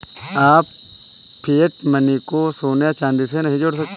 आप fiat money को सोने या चांदी से नहीं जोड़ सकते